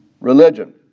religion